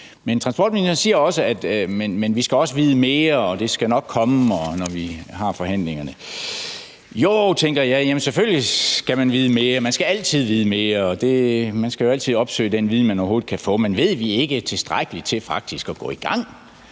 Men transportministeren siger også, at vi skal vide mere, og at det nok skal komme, når vi har forhandlingerne. Joh, tænker jeg, selvfølgelig skal man vide mere, man skal altid vide mere. Man skal jo altid opsøge den viden, man overhovedet kan få, men ved vi ikke tilstrækkeligt til faktisk at gå i gang